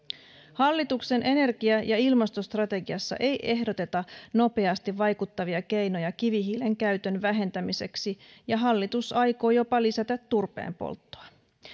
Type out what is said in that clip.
hallituksen energia ja ilmastostrategiassa ei ehdoteta nopeasti vaikuttavia keinoja kivihiilen käytön vähentämiseksi ja hallitus aikoo jopa lisätä turpeen polttoa